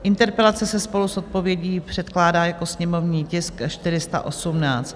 Interpelace se spolu s odpovědí předkládá jako sněmovní tisk 418.